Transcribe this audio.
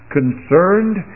concerned